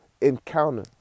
encounter